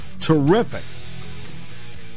terrific